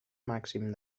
màxim